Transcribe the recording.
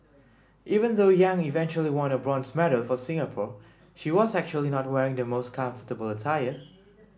even though Yang eventually won a bronze medal for Singapore she was actually not wearing the most comfortable attire